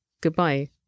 Goodbye